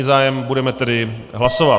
Zájem není, budeme tedy hlasovat.